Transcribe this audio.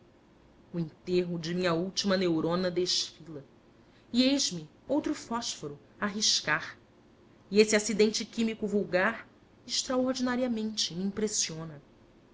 o enterro de minha última neurona desfila e eis-me outro fósforo a riscas e esse acidente químico vulgar extraordinariamente me impressiona